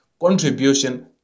contribution